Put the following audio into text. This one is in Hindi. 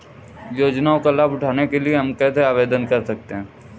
योजनाओं का लाभ उठाने के लिए हम कैसे आवेदन कर सकते हैं?